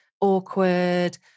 awkward